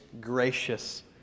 gracious